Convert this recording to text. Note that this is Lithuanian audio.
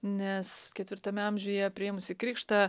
nes ketvirtame amžiuje priėmusi krikštą